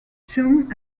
cheung